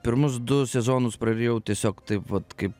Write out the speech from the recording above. pirmus du sezonus prarijau tiesiog taip vat kaip